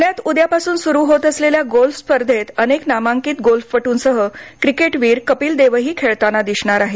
पुण्यात उद्यापासून सुरू होत असलेल्या गोल्फ स्पर्धेत अनेक नामांकित गोल्फपट्रंसह क्रिकेटवीर कपीलदेवही खेळताना दिसणार आहे